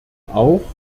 auch